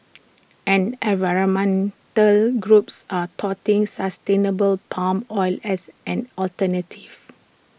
en environmental groups are touting sustainable palm oil as an alternative